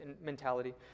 mentality